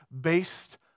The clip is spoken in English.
based